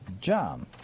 John